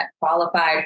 qualified